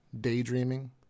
daydreaming